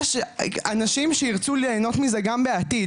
יש אנשים שירצו להנות מזה גם בעתיד,